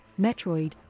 Metroid